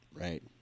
Right